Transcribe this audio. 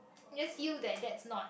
I just feel that that's not